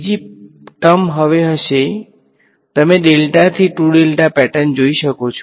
બીજી પદ હવે હશે તમે પેટર્ન ડેલ્ટા થી 2 ડેલ્ટા જોઈ શકો છો